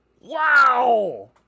Wow